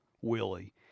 Willie